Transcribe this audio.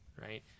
right